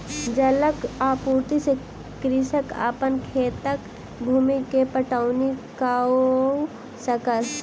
जलक आपूर्ति से कृषक अपन खेतक भूमि के पटौनी कअ सकल